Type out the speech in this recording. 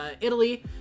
Italy